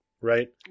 Right